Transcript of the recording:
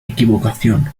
equivocación